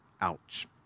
Ouch